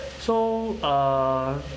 so uh